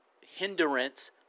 hindrance